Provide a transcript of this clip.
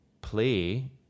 play